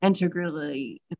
integrally